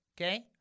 Okay